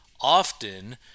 often